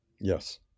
Yes